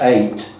Eight